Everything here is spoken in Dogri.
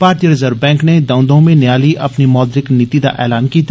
भारती रिजर्व बैंक नै दौं दौं म्हीनें आहली अपनी मौद्रिक नीति दा ऐलान कीता